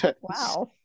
Wow